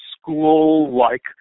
school-like